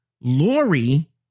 Lori